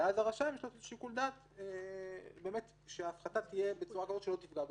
ואז לרשם יש שיקול דעת שההפחתה תהיה בצורה כזאת שלא תפגע בריבית.